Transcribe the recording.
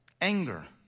Anger